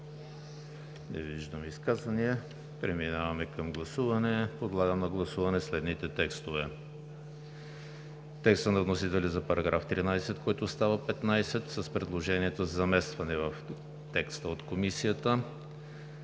Не виждам. Преминаваме към гласуване. Подлагам на гласуване следните текстове: текста на вносителя за § 13, който става 15, с предложенията за заместване в текста от Комисията;